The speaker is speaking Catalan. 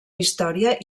història